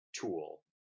tool